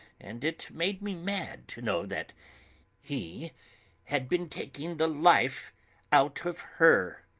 and it made me mad to know that he had been taking the life out of her.